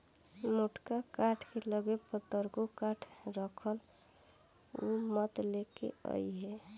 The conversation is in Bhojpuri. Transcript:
मोटका काठ के लगे पतरको काठ राखल उ मत लेके अइहे